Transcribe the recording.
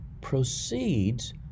proceeds